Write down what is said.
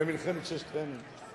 במלחמת ששת הימים.